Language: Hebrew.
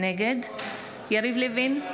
נגד יריב לוין,